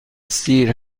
سیر